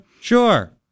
Sure